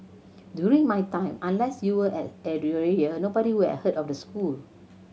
during my time unless you were at area nobody were have heard of the school